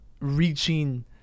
reaching